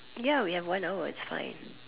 ya we have one hour it's fine